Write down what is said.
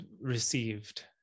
Received